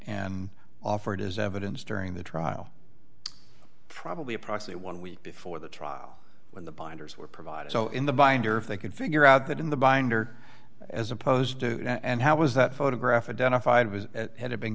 and offered as evidence during the trial probably approximate one week before the trial when the binders were provided so in the binder if they could figure out that in the binder as opposed to and how was that photograph identified was had it been